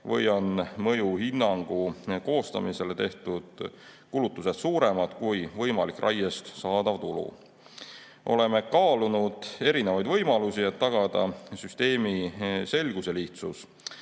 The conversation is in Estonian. või on mõjuhinnangu koostamisele tehtud kulutused suuremad kui võimalik raiest saadav tulu. Oleme kaalunud erinevaid võimalusi, et tagada süsteemi selgus ja lihtsus.